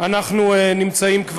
אנחנו נמצאים,